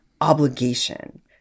obligation